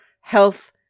health